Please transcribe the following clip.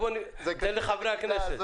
רק אני אתן קודם לחברי הכנסת.